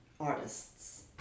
artists